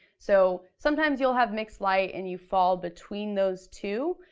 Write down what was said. so sometimes you'll have mixed light, and you fall between those two,